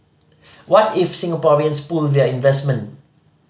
what if Singaporeans pull their investment